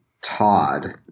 Todd